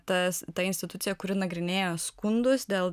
tas ta institucija kuri nagrinėja skundus dėl